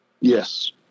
Yes